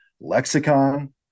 lexicon